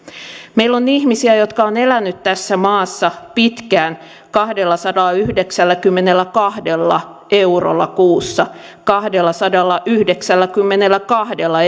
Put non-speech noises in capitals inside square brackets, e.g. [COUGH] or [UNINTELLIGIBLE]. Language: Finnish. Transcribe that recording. meillä on ihmisiä jotka ovat eläneet tässä maassa pitkään kahdellasadallayhdeksälläkymmenelläkahdella eurolla kuussa kahdellasadallayhdeksälläkymmenelläkahdella [UNINTELLIGIBLE]